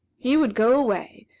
he would go away,